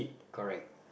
correct